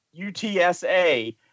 UTSA